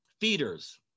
feeders